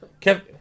Kevin